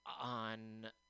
on